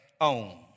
own